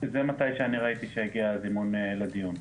זה מתי שאני ראיתי שהגיע הזימון לדיון.